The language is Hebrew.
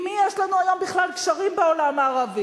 עם מי יש לנו היום בכלל קשרים בעולם הערבי?